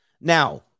Now